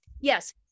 yes